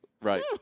Right